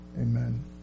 Amen